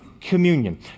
communion